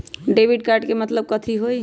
Debit card के मतलब कथी होई?